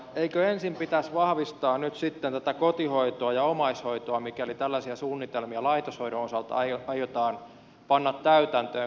eikö ensin pitäisi vahvistaa nyt sitten tätä kotihoitoa ja omaishoitoa mikäli tällaisia suunnitelmia laitoshoidon osalta aiotaan panna täytäntöön